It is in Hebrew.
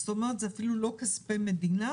זאת אומרת זה אפילו לא כספי מדינה,